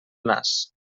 nas